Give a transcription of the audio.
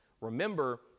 Remember